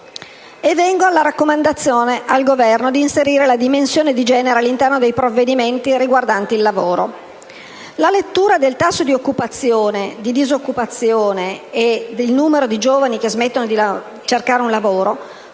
Vengo alla raccomandazione al Governo di inserire la dimensione di genere all'interno dei provvedimenti riguardanti il lavoro. La lettura del tasso di occupazione, di disoccupazione e del numero di giovani che smettono di cercare un lavoro